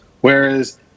Whereas